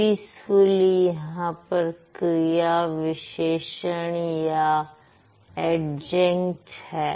peacefully यहां पर क्रिया विशेषण या एडजंक्ट है